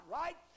right